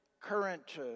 current